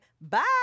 bye